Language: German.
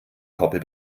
koppel